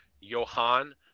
Johan